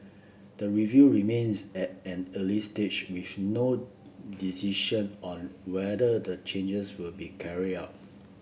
the review remains at an early stage with no decision on whether the changes will be carried out